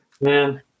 Man